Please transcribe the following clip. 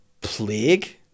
plague